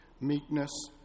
meekness